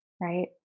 right